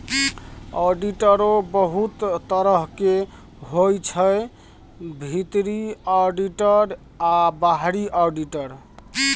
आडिटरो बहुत तरहक होइ छै भीतरी आडिटर आ बाहरी आडिटर